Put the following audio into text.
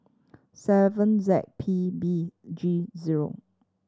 seven Z P B G zero